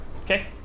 Okay